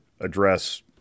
address